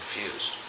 confused